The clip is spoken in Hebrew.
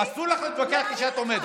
אסור לך להתווכח איתי כשאת עומדת,